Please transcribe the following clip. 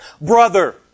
Brother